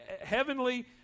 heavenly